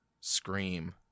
scream